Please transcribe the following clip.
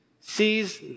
sees